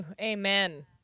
Amen